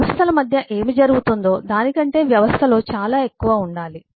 వ్యవస్థల మధ్య ఏమి జరుగుతుందో దాని కంటే వ్యవస్థలో చాలా ఎక్కువ ఉండాలి